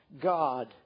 God